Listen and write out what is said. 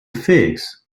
figs